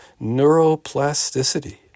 neuroplasticity